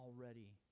already